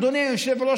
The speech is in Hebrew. אדוני היושב-ראש,